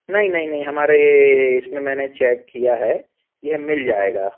नहीं नहीं नहीं हमारे इसमें मैंने चैक किया है यह मिल जाएगा